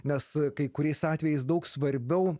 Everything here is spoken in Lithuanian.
nes kai kuriais atvejais daug svarbiau